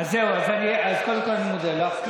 אז קודם כול אני מודה לך,